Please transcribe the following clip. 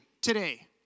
today